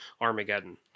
Armageddon